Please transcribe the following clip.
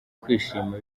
kwishima